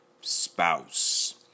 spouse